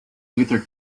luther